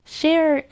share